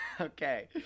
okay